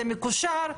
זה מקושר,